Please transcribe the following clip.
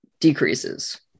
decreases